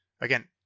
Again